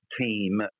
team